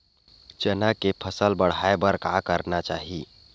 चना के फसल बढ़ाय बर का करना चाही?